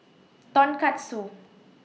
Tonkatsu